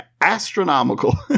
astronomical